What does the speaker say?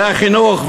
זה החינוך.